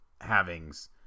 havings